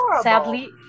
sadly